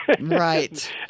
Right